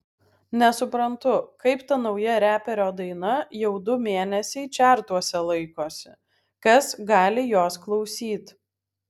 nesuprantu kaip ta nauja reperio daina jau du mėnesiai čertuose laikosi kas gali jos klausyt